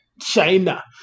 China